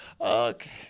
Okay